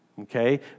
Okay